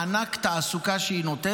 אבל קיים מענק עבודה מועדפת בתחנות דלק.